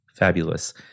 Fabulous